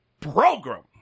program